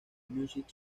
music